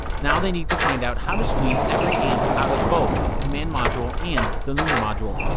now, they need to find out how to squeeze every amp out of both the command module and the lunar module.